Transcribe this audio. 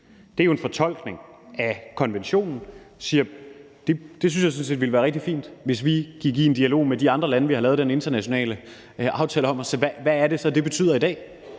Det er jo en fortolkning af konventionen. Jeg synes sådan set, det ville være rigtig fint, hvis vi gik i dialog med de andre lande, vi har lavet den internationale aftale med, om at se på, hvad det så er, det betyder i dag.